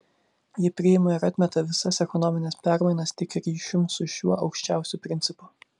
ji priima ar atmeta visas ekonomines permainas tik ryšium su šiuo aukščiausiu principu